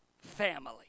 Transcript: family